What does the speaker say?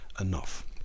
enough